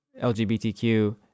LGBTQ